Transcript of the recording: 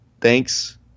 thanks